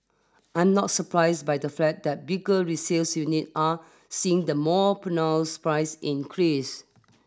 I am not surprised by the fact that bigger resales unit are seeing the more pronounced price increase